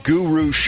Guru